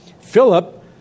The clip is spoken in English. Philip